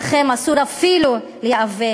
לכם אסור אפילו להיאבק.